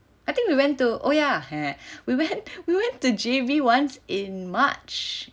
I think we went to oh ya we went we went to J_B once in March